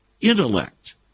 intellect